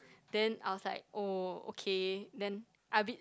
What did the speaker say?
then I was like oh okay then I a bit